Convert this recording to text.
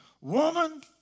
Woman